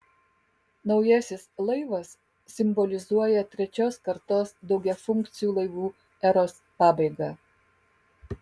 naujasis laivas simbolizuoja trečios kartos daugiafunkcių laivų eros pabaigą